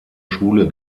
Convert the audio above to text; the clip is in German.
schule